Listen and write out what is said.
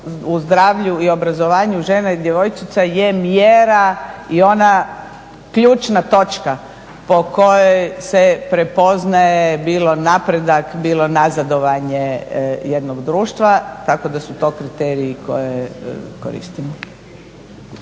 u zdravlju i obrazovanju žena i djevojčica je mjera i ona ključna točka po kojoj se prepoznaje bilo napredak, bilo nazadovanje jednog društva tako da su to kriteriji koje koristimo.